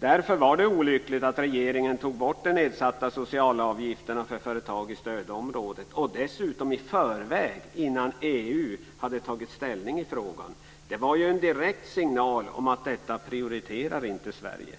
Därför var det olyckligt att regeringen tog bort de nedsatta sociala avgifterna för företag i stödområdet. Det gjorde man dessutom i förväg innan EU hade tagit ställning i frågan. Det var ju en direkt signal om att Sverige inte prioriterade detta.